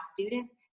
students